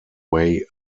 way